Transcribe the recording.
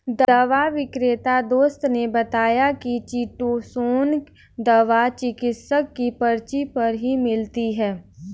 दवा विक्रेता दोस्त ने बताया की चीटोसोंन दवा चिकित्सक की पर्ची पर ही मिलती है